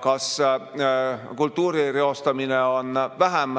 kas kultuuri reostamine on vähem